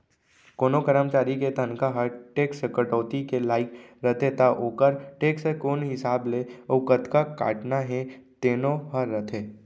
कोनों करमचारी के तनखा ह टेक्स कटौती के लाइक रथे त ओकर टेक्स कोन हिसाब ले अउ कतका काटना हे तेनो ह रथे